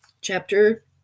chapter